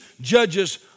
judges